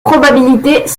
probabilités